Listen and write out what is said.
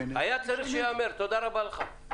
תודה רבה לך.